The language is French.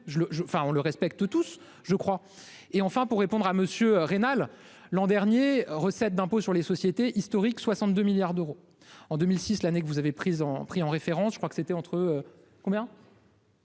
enfin on le respecte tous je crois et enfin pour répondre à Monsieur rénale. L'an dernier recettes d'impôt sur les sociétés historiques, 62 milliards d'euros en 2006, l'année que vous avez pris en pris en référence, je crois que c'était entre. Combien.